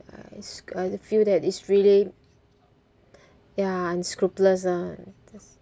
I feel that it's really ya unscrupulous ah